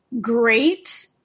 great